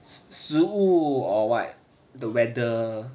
食物 or what the weather